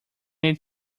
need